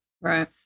Right